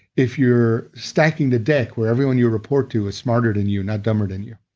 if you're stacking the deck where everyone you report to is smarter than you, not dumber than you,